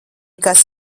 kas